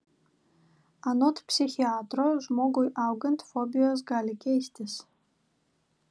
anot psichiatro žmogui augant fobijos gali keistis